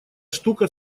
штука